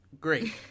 great